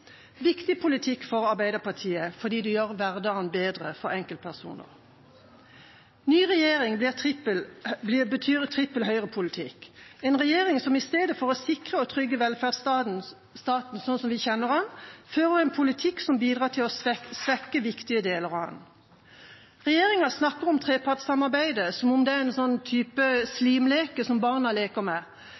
viktig politikk for Arbeiderpartiet, fordi det gjør hverdagen bedre for enkeltpersoner. Ny regjering betyr trippel høyrepolitikk – en regjering som i stedet for å sikre og trygge velferdsstaten, slik vi kjenner den, fører en politikk som bidrar til å svekke viktige deler av den. Regjeringa snakker om trepartssamarbeidet som om det er en slimleke barna leker med